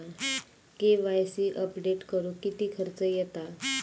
KYC update करुक किती खर्च येता?